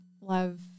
love